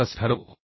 आपण कसे ठरवू